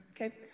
okay